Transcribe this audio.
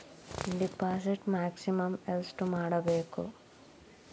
Deposit maximum ಎಷ್ಟು ಮಾಡಬೇಕು?